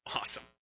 awesome